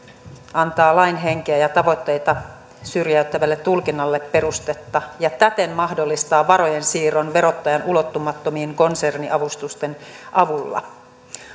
antaa lain henkeä ja tavoitteita syrjäyttävälle tulkinnalle perustetta ja täten mahdollistaa varojen siirron verottajan ulottumattomiin konserniavustusten avulla